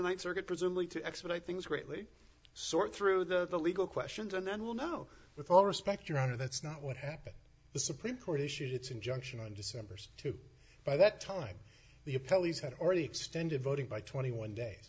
the th circuit presumably to expedite things greatly sort through the legal questions and then we'll know with all respect your honor that's not what happened the supreme court issued its injunction on december's to by that time the pelleas had already extended voting by twenty